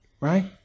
Right